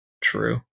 True